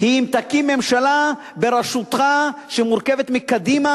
היא אם תקים ממשלה בראשותך שמורכבת מקדימה,